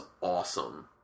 awesome